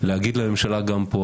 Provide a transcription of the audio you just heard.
להגיד לממשלה גם פה,